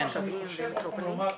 אני רוצה לומר,